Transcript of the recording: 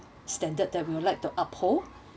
standard that we would like to uphold